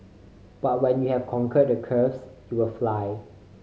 but when you have conquered the curves you will fly